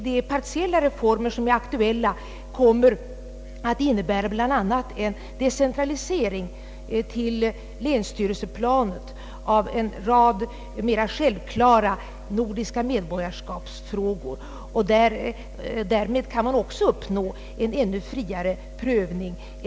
De partiella reformer, som är aktuella, kommer bl.a. att innebära en decentralisering till länsstyrelseplanet av en rad mera självklara medborgarskapsfrågor. Därmed kan man också uppnå en ännu friare praxis.